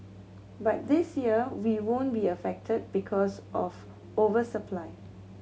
but this year we won't be affected because of over supply